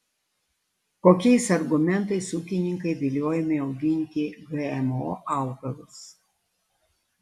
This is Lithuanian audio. kokiais argumentais ūkininkai viliojami auginti gmo augalus